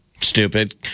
Stupid